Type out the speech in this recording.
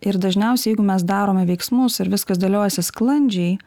ir dažniausiai jeigu mes darome veiksmus ir viskas dėliojasi sklandžiai